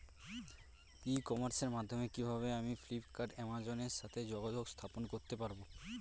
ই কমার্সের মাধ্যমে কিভাবে আমি ফ্লিপকার্ট অ্যামাজন এর সাথে যোগাযোগ স্থাপন করতে পারব?